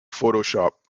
photoshop